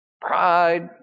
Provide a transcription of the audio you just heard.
Pride